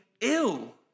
ill